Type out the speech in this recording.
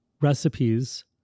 recipes